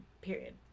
period